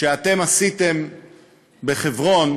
שאתם עשיתם בחברון,